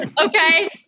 Okay